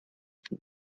von